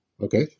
Okay